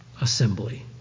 assembly